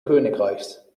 königreichs